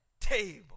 table